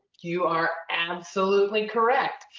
you are absolutely correct.